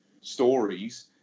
stories